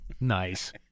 Nice